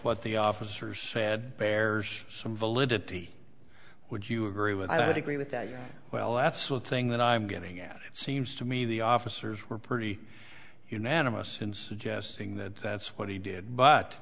what the officer sad bears some validity would you agree with i'd agree with that yeah well that's one thing that i'm getting at seems to me the officers were pretty unanimous in suggesting that that's what he did but